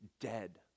dead